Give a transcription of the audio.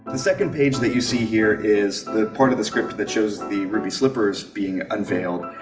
the second page that you see here is the part of the script that shows the ruby slippers being unveiled,